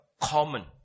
common